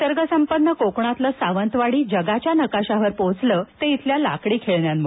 निसर्गसंपन्न कोकणातलं सावंतवाडी जगाच्या नकाशावर पोहोचलं ते इथल्या लाकडी खेळण्यांमुळे